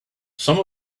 some